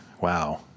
Wow